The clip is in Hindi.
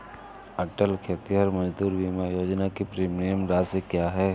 अटल खेतिहर मजदूर बीमा योजना की प्रीमियम राशि क्या है?